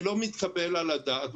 זה לא מתקבל על הדעת.